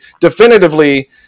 definitively